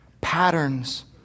patterns